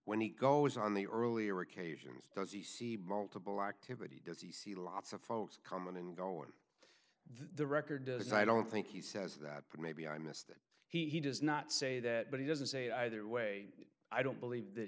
when he goes on the earlier occasions does he see multiple activity does he see lots of folks come and go on the record as i don't think he says that but maybe i missed that he does not say that but he doesn't say either way i don't believe that